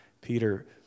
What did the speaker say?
Peter